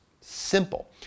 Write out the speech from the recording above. simple